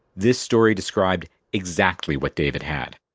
this story described exactly what david had.